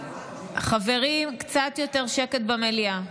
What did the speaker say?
קצת יותר שקט במליאה,